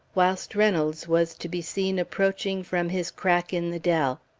whilst reynolds was to be seen approaching from his crack in the dell.